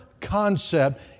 concept